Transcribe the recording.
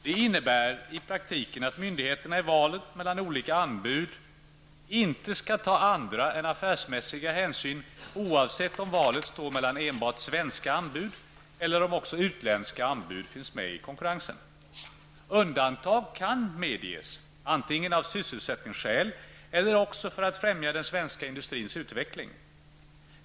Det innebär i praktiken att myndigheterna i valet mellan olika anbud inte skall ta andra än affärsmässiga hänsyn oavsett om valet står mellan enbart svenska anbud eller om också utländska anbud finns med i konkurrensen. Undantag kan medges, antingen av sysselsättningsskäl eller också för att främja den svenska industrins utveckling.